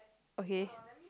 okay